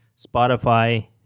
Spotify